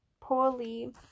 poorly